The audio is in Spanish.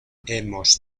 hemos